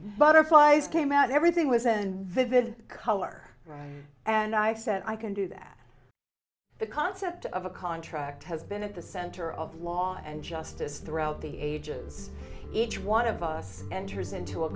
butterflies came out everything was and vivid color and i said i can do that the concept of a contract has been at the center of law and justice throughout the ages each one of us enters into a